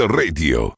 radio